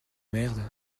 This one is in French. merde